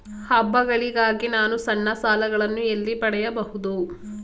ಹಬ್ಬಗಳಿಗಾಗಿ ನಾನು ಸಣ್ಣ ಸಾಲಗಳನ್ನು ಎಲ್ಲಿ ಪಡೆಯಬಹುದು?